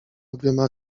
obiema